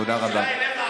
תודה רבה.